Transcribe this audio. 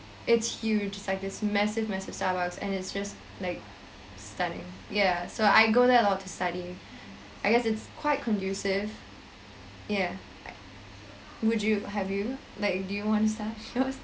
it's huge it's like it's massive massive starbucks and it's just like stunning ya so I go there lot to study I guess it's quite conducive ya like would you have you like do you want to start